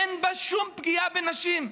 אין בה שום פגיעה בנשים.